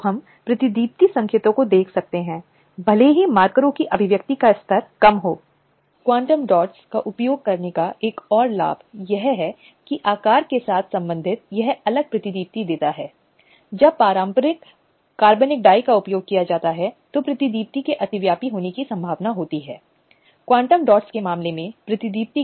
यदि आप ऐसा करते हैं तो आपको पदोन्नत कर दिया जाएगा तब आपको एक शैक्षिक उन्नति मिलेगी या ऐसी टिप्पणी भी की जाएगी जिसमें कहीं न कहीं एक निहित यौन सामग्री भी है यहां तक कि पोर्नोग्राफ़ी भी दिखा रही है जो यौन उत्पीड़न शब्द की परिभाषा में 2013 के अधिनियम में रखी गई है